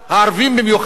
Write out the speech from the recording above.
הערבים במיוחד,